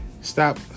stop